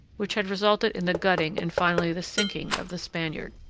which had resulted in the gutting and finally the sinking of the spaniard.